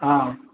ହଁ